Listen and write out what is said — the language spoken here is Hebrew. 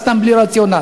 סתם בלי רציונל.